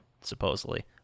supposedly